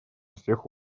всех